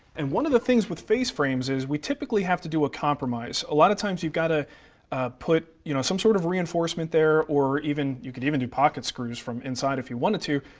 and one of the things with face frames is we typically have to do a compromise. a lot of times we've got to put you know some sort of reinforcement there, or you could even do pocket screws from inside if you wanted to,